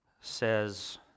says